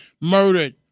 murdered